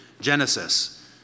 Genesis